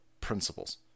principles